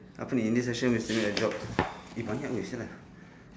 apa ni in this session you a job eh banyak [pe] sia lah